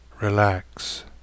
relax